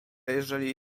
jeżeli